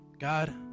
God